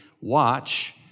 Watch